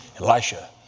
Elisha